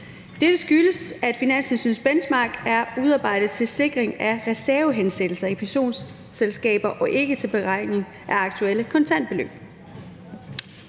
Dette skyldes, at Finanstilsynets Benchmark er udarbejdet til sikring af reservehensættelser i pensionsselskaber og ikke til beregning af aktuelle kontantbeløb.